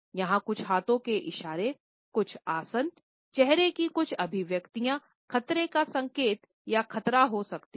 यहाँ कुछ हाथों के इशारे कुछ आसन चेहरे की कुछ अभिव्यक्तियाँ खतरे का संकेत और खतरा हो सकती हैं